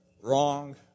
Wrong